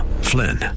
Flynn